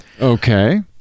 Okay